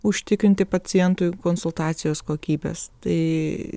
užtikrinti pacientui konsultacijos kokybės tai